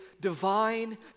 divine